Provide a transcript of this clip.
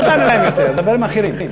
אל תענה להם יותר, דבר עם האחרים.